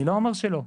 אני לא אומר שלא,